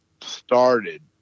started